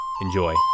Enjoy